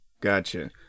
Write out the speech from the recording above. Gotcha